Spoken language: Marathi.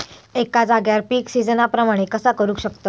एका जाग्यार पीक सिजना प्रमाणे कसा करुक शकतय?